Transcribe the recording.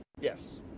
Yes